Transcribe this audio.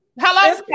Hello